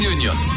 Union